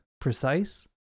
precise